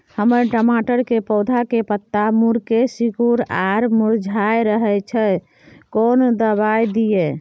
हमर टमाटर के पौधा के पत्ता मुड़के सिकुर आर मुरझाय रहै छै, कोन दबाय दिये?